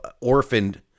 orphaned